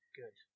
good